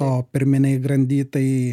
o pirminėj grandy tai